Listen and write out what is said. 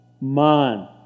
man